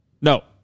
No